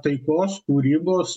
taikos kūrybos